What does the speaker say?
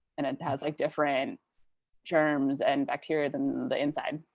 and it has like different germs and bacteria than the inside.